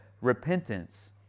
Repentance